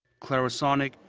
clarisonic,